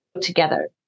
together